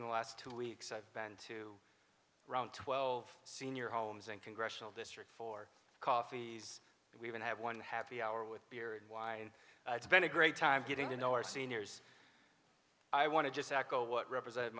in the last two weeks i've been to round twelve senior homes and congressional district for coffee but we haven't had one happy hour with beer and wine it's been a great time getting to know our seniors i want to just act what represent